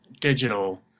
digital